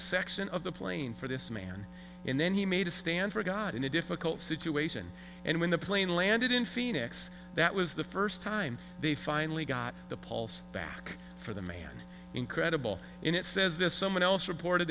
section of the plane for this man and then he made a stand for god in a difficult situation and when the plane landed in phoenix that was the first time they finally got the pulse back for the man incredible in it says this someone else report